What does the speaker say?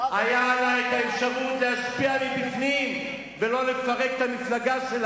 איזו מפלגה דמוקרטית ש"ס.